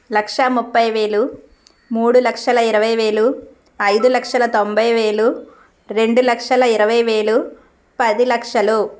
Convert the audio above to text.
లక్ష ముప్పై వేలు మూడు లక్షల ఇరవై వేలు ఐదు లక్షల తొంభై వేల రెండు లక్షల ఇరవై వేలు పది లక్షలు